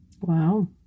Wow